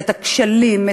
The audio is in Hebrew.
את הכשלים,